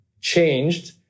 changed